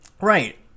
right